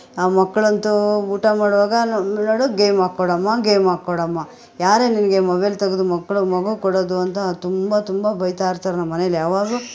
ಆ ಮಕ್ಕಳಂತೂ ಊಟ ಮಾಡುವಾಗ ನೋಡು ಗೇಮ್ ಹಾಕ್ಕೊಡಮ್ಮ ಗೇಮ್ ಹಾಕ್ಕೊಡಮ್ಮ ಯಾರೇ ನಿನಗೆ ಮೊಬೈಲ್ ತೆಗೆದು ಮಕ್ಳಿಗ್ ಮಗುಗೆ ಕೊಡೋದು ಅಂಥ ತುಂಬ ತುಂಬ ಬೈತ ಇರ್ತಾರೆ ನಮ್ಮ ಮನೆಯಲ್ ಯಾವಾಗಲೂ